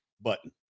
button